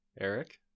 Eric